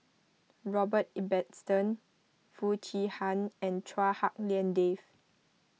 Robert Ibbetson Foo Chee Han and Chua Hak Lien Dave